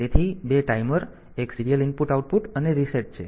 તેથી 2 timer 1 serial input output અને reset છે